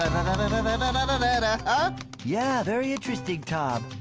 um and and and and and and and ah yeah, very interesting tom.